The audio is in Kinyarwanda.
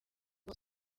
ngo